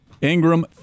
Ingram